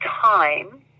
time